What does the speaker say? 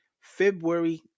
February